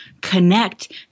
connect